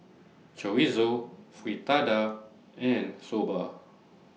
Chorizo Fritada and Soba